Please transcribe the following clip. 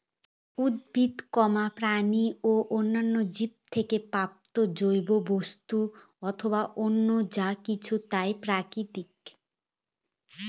উদ্ভিদ, প্রাণী ও অন্যান্য জীব থেকে প্রাপ্ত জৈব বস্তু অথবা অন্য যা কিছু তাই প্রাকৃতিক